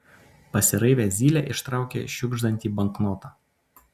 pasiraivęs zylė ištraukė šiugždantį banknotą